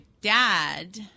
dad